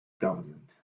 government